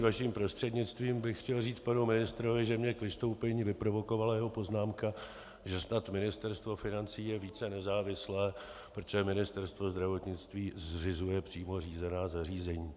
Vaším prostřednictvím bych chtěl říct panu ministrovi, že mě k vystoupení vyprovokovala jeho poznámka, že snad Ministerstvo financí je více nezávislé, protože Ministerstvo zdravotnictví zřizuje přímo řízená zařízení.